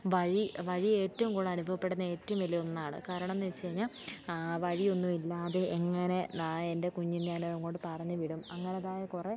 വഴി വഴി ഏറ്റവും കൂടുതലനുഭവപ്പെടുന്ന ഏറ്റവും വലിയ ഒന്നാണ് കാരണം എന്നു വെച്ചുകഴിഞ്ഞാൽ വഴി ഒന്നുമില്ലാതെ എങ്ങനെ നാ എന്റെ കുഞ്ഞിഞാങ്ങോട് പറഞ്ഞു വിടും അങ്ങനതായ കുറേ